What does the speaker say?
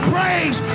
Praise